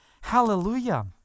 Hallelujah